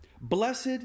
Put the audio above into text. Blessed